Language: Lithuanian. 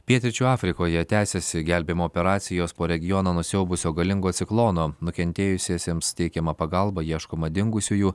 pietryčių afrikoje tęsiasi gelbėjimo operacijos po regioną nusiaubusio galingo ciklono nukentėjusiesiems teikiama pagalba ieškoma dingusiųjų